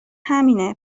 همینه